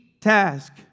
task